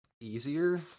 easier